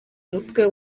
umutwe